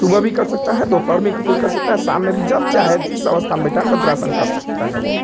सुबह भी कर सकता है दोपहर में क भी कर सकता है शाम में भी जब चाहे जिस अवस्था में बैठा है वज्रासन कर सकता है वो